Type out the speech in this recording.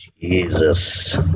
Jesus